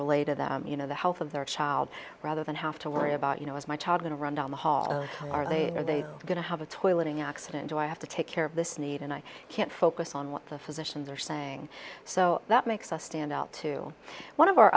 relay to that you know the health of their child rather than have to worry about you know is my child going to run down the hall or are they in are they going to have a toileting accident do i have to take care of this need and i can't focus on what the physicians are saying so that makes us stand out to one of our